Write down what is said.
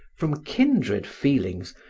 from kindred feelings,